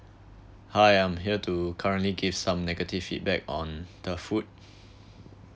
hi I'm here to currently give some negative feedback on the food